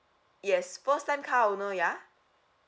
yes first time car owner ya